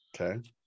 okay